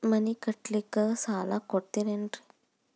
ಮನಿ ಕಟ್ಲಿಕ್ಕ ಸಾಲ ಕೊಡ್ತಾರೇನ್ರಿ?